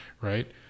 right